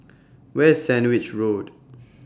Where IS Sandwich Road